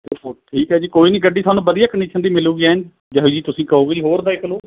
ਠੀਕ ਹੈ ਜੀ ਕੋਈ ਨਹੀਂ ਗੱਡੀ ਤੁਹਾਨੂੰ ਵਧੀਆ ਕੰਡੀਸ਼ਨ ਦੀ ਮਿਲੂਗੀ ਐਨ ਜਿਹੋ ਜਿਹੀ ਤੁਸੀਂ ਕਹੋਗੇ ਜੀ ਹੋਰ ਦੇਖ ਲਉ